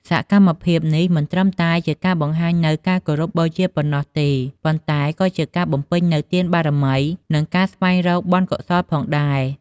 សកម្មភាពនេះមិនត្រឹមតែជាការបង្ហាញនូវការគោរពបូជាប៉ុណ្ណោះទេ ប៉ុន្តែក៏ជាការបំពេញនូវទានបារមី និងការស្វែងរកបុណ្យកុសលផងដែរ។